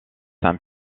saint